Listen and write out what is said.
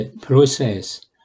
process